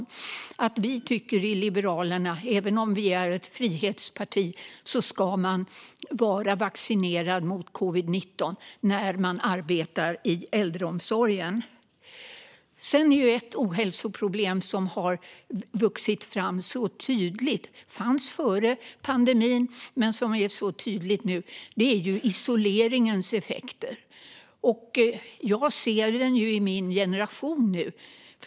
Vi liberaler tycker, även om Liberalerna är ett frihetsparti, att man ska vara vaccinerad mot covid-19 när man arbetar i äldreomsorgen. Ett ohälsoproblem som fanns före pandemin men som är så tydligt nu är isoleringens effekter. Jag ser den ju i min generation nu.